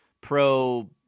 pro